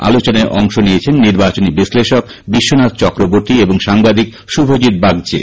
আলোচনায় অংশ নিয়েছেন নির্বাচনী বিশ্লেষক বিশ্বনাথ চক্রবর্তী এবং সাংবাদিক শুভজিত বাগচী